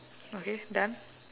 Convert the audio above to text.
okay done